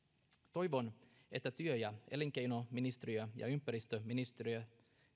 toivon että työ ja elinkeinoministeriö ja ympäristöministeriö